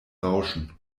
rauschen